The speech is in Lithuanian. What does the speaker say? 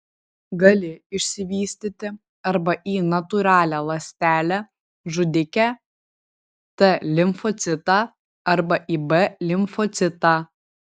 gali išsivystyti arba į natūralią ląstelę žudikę t limfocitą arba į b limfocitą